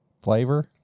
flavor